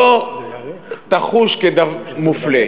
לא תחוש כמופלה,